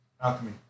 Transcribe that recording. alchemy